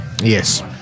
Yes